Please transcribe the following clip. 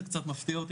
קצת מפתיע אותי,